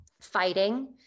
fighting